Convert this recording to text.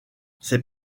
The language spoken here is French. ses